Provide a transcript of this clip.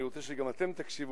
אני רוצה שגם אתם תקשיבו,